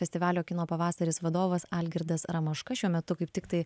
festivalio kino pavasaris vadovas algirdas ramaška šiuo metu kaip tiktai